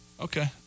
Okay